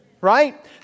Right